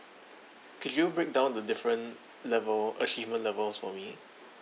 could you break down the different level achievement levels for me